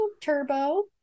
Turbo